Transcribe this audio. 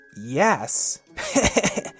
yes